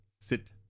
sit